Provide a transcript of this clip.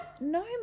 No